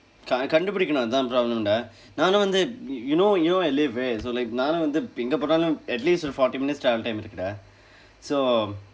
can~ கண்டுப்பிடிக்கனும் அதான்:kanduppidikkanum athaan problem dah நானும் வந்து:naanum vandthu you know you know I live where so like நானும் வந்து எங்க போனாலும்:naanum vandthu engka poonaalum at least ஒரு:oru forty minutes travel time இருக்கு:irukku dah so